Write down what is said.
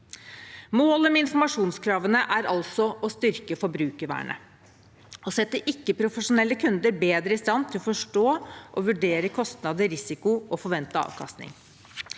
Målet med informasjonskravene er altså å styrke forbrukervernet og sette ikke-profesjonelle kunder bedre i stand til å forstå og vurdere kostnader, risiko og forventet avkastning.